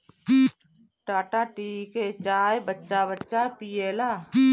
Tata tea के चाय बच्चा बच्चा पियेला